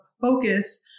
focus